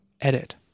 edit